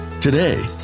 Today